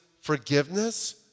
forgiveness